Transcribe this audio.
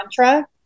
mantra